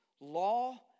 Law